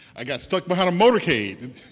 i got stuck behind a motorcade,